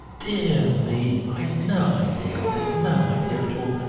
dear me! i'd no idea of this no idea at all.